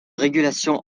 régulation